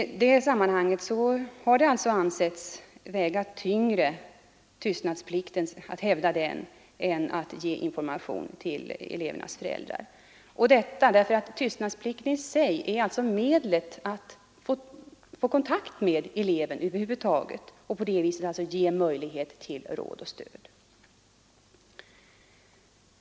I detta sammanhang har det ansetts väga tyngre att hävda tystnadsplikten än att ge information till elevernas föräldrar, och detta därför att tystnadsplikten i sig är medlet att få kontakt med eleven över huvud taget och på det viset ge möjlighet till råd och stöd.